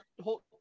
hold